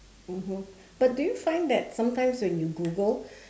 mmhmm but do you find that sometimes when you google